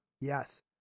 Yes